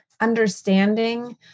understanding